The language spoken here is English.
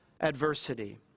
adversity